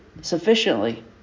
sufficiently